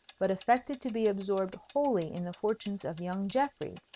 but affected to be absorbed wholly in the fortunes of young geoffrey,